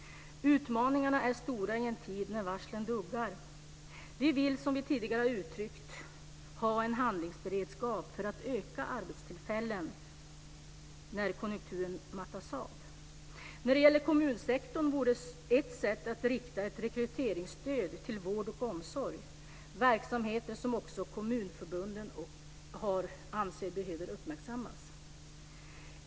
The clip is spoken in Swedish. Utmaningarna är stora i en tid när varslen duggar. Vi vill, som vi tidigare uttryckt, ha en handlingsberedskap för att öka antalet arbetstillfällen när konjunkturen mattas av. När det gäller kommunsektorn vore ett sätt att rikta ett rekryteringsstöd till vården och omsorgen - verksamheter som också kommunförbunden anser behöver uppmärksammas.